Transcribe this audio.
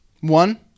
one